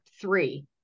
three